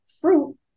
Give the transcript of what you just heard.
fruit